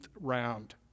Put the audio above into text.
round